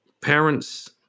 parents